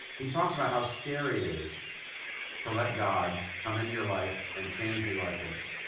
he talks about how scary it is to let god come into your life and change you like this.